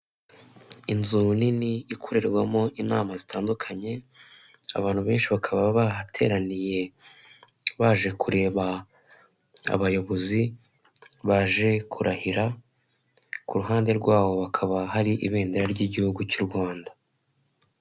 Inzu nini ikorerwamo inama zitandukanye, abantu benshi bakaba bahateraniye baje kureba abayobozi baje kurahira ku ruhande rwabo ba bakaba hari ibendera ry'igihugu cy'u Rwanda.